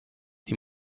die